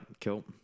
Cool